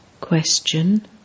Question